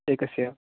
एकस्य